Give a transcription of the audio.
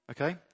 Okay